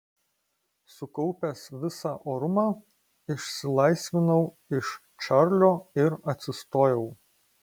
sukaupęs visą orumą išsilaisvinau iš čarlio ir atsistojau